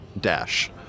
dash